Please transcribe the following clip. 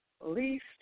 least